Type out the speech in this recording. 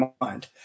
mind